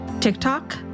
TikTok